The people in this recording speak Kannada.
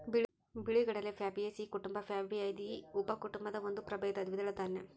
ಬಿಳಿಗಡಲೆ ಪ್ಯಾಬೇಸಿಯೀ ಕುಟುಂಬ ಪ್ಯಾಬಾಯ್ದಿಯಿ ಉಪಕುಟುಂಬದ ಒಂದು ಪ್ರಭೇದ ದ್ವಿದಳ ದಾನ್ಯ